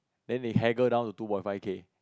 then they haggle down to two point five K